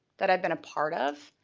that i've been a part of,